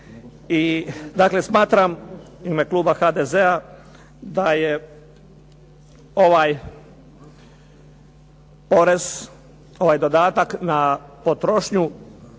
dakle smatram u ime kluba HDZ-a da je ovaj porez, ovaj dodatak na potrošnju,